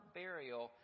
burial